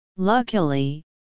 Luckily